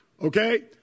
okay